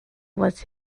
was